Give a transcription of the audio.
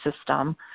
system